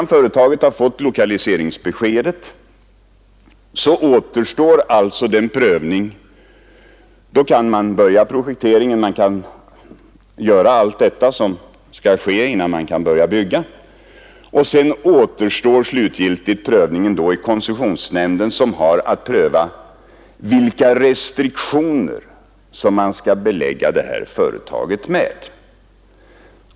När företaget har fått lokaliseringsbeskedet, kan man börja projekteringen och göra allt det som skall ske innan man kan börja bygga. Sedan återstår prövningen i koncessionsnämnden, som har att pröva vilka restriktioner som kan bli aktuella.